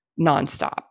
nonstop